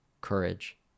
courage